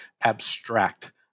abstract